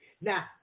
Now